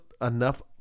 enough